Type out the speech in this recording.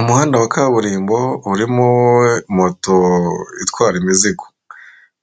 Umuhanda wa kaburimbo, urimo moto itwara imizigo.